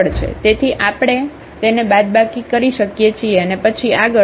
તેથી આપણે તેને બાદબાકી કરી શકીએ છીએ અને પછી આગળ